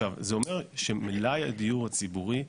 זה אומר שמלאי הדיור הציבורי,